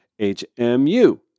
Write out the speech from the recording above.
HMU